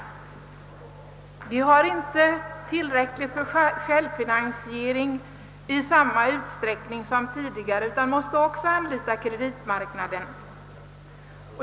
Företagen har inte möjlighet till självfinansiering i samma utsträckning som tidigare utan måste anlita kreditmarknaden.